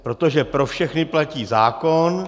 Protože pro všechny platí zákon.